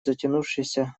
затянувшееся